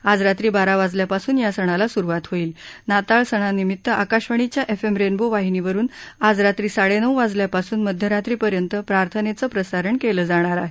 आज रात्री बारा वाजल्यापासून या सणाला स्रुवात होईल नाताळ सणानिमित आकाशवाणीच्या एफएम रेनबो वाहिनीवरून आज रात्री साडेनऊ वाजल्या पासून मध्यरात्रीपर्यंत प्रार्थनेचं प्रसारण केलं जाणार आहे